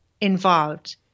involved